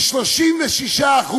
36%,